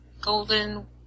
golden